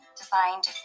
designed